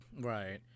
Right